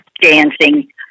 dancing